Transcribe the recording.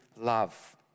love